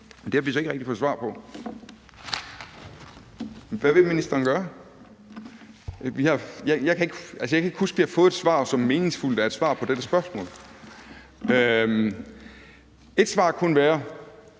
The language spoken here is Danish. Det har vi så ikke rigtig fået svar på. Hvad vil ministeren gøre? Jeg kan ikke huske, at vi har fået et svar på dette spørgsmål, som er